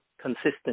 consistent